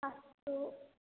अस्तु